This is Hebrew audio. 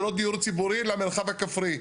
ולא דיור ציבורי למרחב הכפרי.